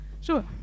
Sure